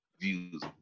views